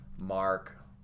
mark